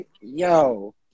Yo